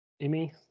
Amy